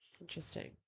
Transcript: Interesting